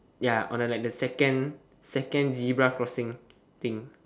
ya on like the second second zebra crossing thing